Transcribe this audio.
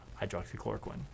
hydroxychloroquine